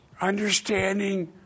understanding